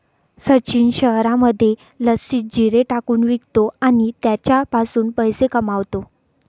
सचिन शहरामध्ये लस्सीत जिरे टाकून विकतो आणि त्याच्यापासून पैसे कमावतो